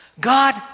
God